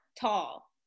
tall